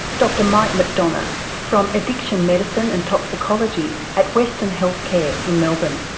dr mike mcdonough from addiction medicine and toxicology at western healthcare in melbourne.